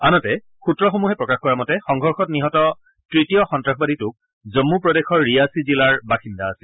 আনহাতে সুত্ৰসমূহে প্ৰকাশ কৰা মতে সংঘৰ্ষত নিহত তৃতীয় সন্তাসবাদীটোক জম্মূ প্ৰদেশৰ ৰিয়াছি জিলাৰ বাসিন্দা আছিল